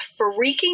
freaking